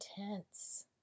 intense